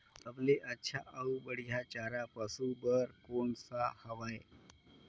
सबले अच्छा अउ बढ़िया चारा पशु बर कोन सा हवय?